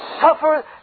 suffer